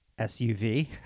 SUV